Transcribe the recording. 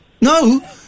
No